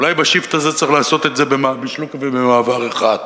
אולי ב-shift הזה צריך לעשות את זה ב"שלוק" ובמעבר אחד.